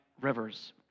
rivers